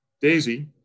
Daisy